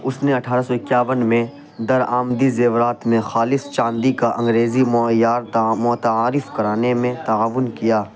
اس نے اٹھارہ سو اکاون میں درآمدی زیورات میں خالص چاندی کا انگریزی معیار متعارف کرانے میں تعاون کیا